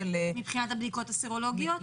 מבחינת הבדיקות הסרולוגיות?